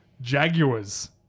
Jaguars